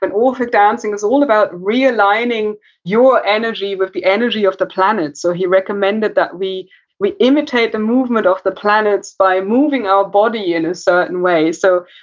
but orphic dancing is all about realigning your energy with the energy of the planets. so, he recommended that we we imitate the movement of the planets by moving our body in a certain way. so,